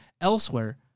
elsewhere